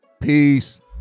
Peace